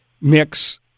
mix